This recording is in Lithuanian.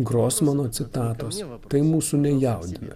grosmano citatos tai mūsų nejaudina